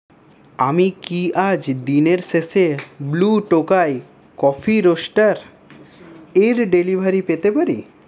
আমি কি আজ দিনের শেষে ব্লু টোকাই কফি রোস্টার এর ডেলিভারি পেতে পারি